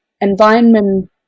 environment